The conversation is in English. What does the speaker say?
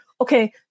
okay